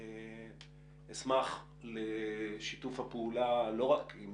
אשמח לשיתוף הפעולה, לא רק עם